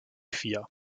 vier